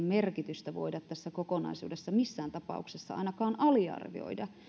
merkitystä voida tässä kokonaisuudessa missään tapauksessa ainakaan aliarvioida